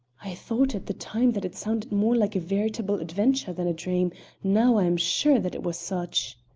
i thought at the time that it sounded more like a veritable adventure than a dream now i am sure that it was such.